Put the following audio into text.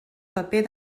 paper